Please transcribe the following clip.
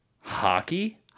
Hockey